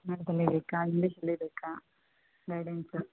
ಕನ್ನಡದಲ್ಲೇ ಬೇಕಾ ಇಂಗ್ಲೀಷಲ್ಲೆ ಬೇಕಾ ಗೈಡೆನ್ಸ